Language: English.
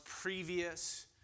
previous